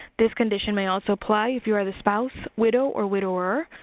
this condition may also apply if you are the spouse, widow, or widower,